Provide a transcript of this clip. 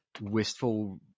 wistful